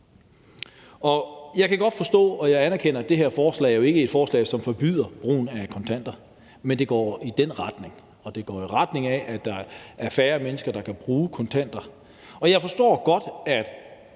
Jeg kan godt forstå og jeg anerkender, at det her forslag jo ikke er et forslag, som forbyder brugen af kontanter, men det går i den retning, og det går i retning af, at der er færre mennesker, der kan bruge kontanter. Og jeg forstår godt, at